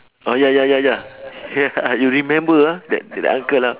oh ya ya ya ya ya you remember ah that that uncle ah